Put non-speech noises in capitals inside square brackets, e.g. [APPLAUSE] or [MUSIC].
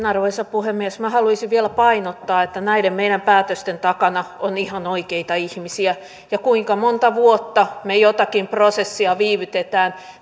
[UNINTELLIGIBLE] arvoisa puhemies minä haluaisin vielä painottaa että näiden meidän päätöstemme takana on ihan oikeita ihmisiä ja kuinka monta vuotta me jotakin prosessia viivytämme